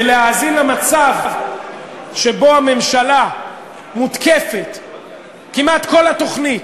ולהאזין למצב שבו הממשלה מותקפת כמעט כל התוכנית.